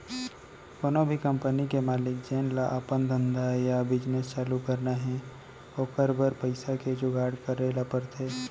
कोनो भी कंपनी के मालिक जेन ल अपन धंधा या बिजनेस चालू करना हे ओकर बर पइसा के जुगाड़ करे ल परथे